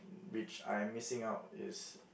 which I'm missing out is